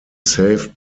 saved